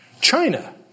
China